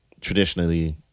traditionally